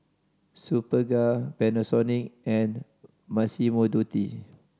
Superga Panasonic and Massimo Dutti